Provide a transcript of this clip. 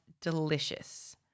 delicious